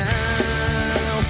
now